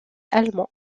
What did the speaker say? allemand